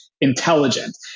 intelligent